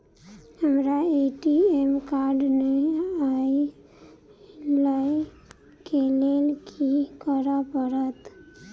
हमरा ATM card नै अई लई केँ लेल की करऽ पड़त?